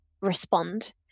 respond